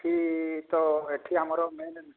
ଏଠି ତ ଏଠି ଆମର ମେନ୍